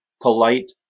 polite